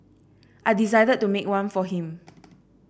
I decided to make one for him